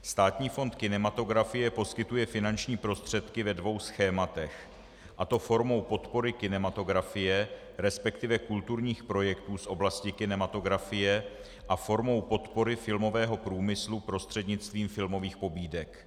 Státní fond kinematografie poskytuje finanční prostředky ve dvou schématech, a to formou podpory kinematografie, resp. kulturních projektů z oblasti kinematografie, a formou podpory filmového průmyslu prostřednictvím filmových pobídek.